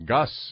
Gus